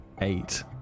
Eight